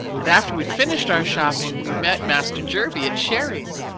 and after we'd finished our shopping, we met master jervie at sherry's.